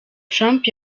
trump